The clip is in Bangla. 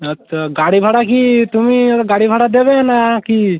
আচ্ছা গাড়ি ভাড়া কি তুমি গাড়ি ভাড়া দেবে নাকি